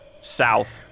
south